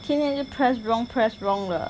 天天 press wrong press wrong 的